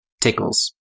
tickles